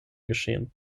geschehen